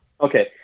Okay